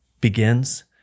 begins